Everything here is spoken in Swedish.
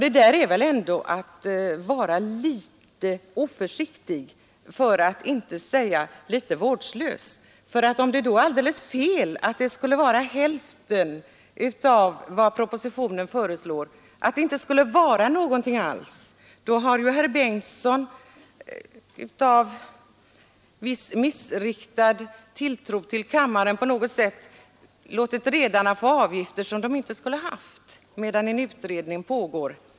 Men det är väl ändå att vara litet oförsiktig, för att inte säga litet vårdslös. Om det kan vara fel att avgifterna skulle vara hälften av vad propositionen föreslår, om det inte borde vara någon höjning alls, då har ju herr Bengtson genom sitt förslag låtit redarna få avgifter som de kanske inte skulle ha haft medan en utredning pågår.